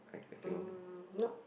um nope